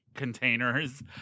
Containers